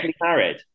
married